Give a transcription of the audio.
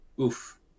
oof